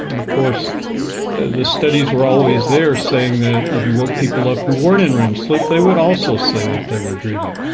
of course the studies were always there saying that if you woke people up who weren't in rem sleep they would also say that they were dreaming,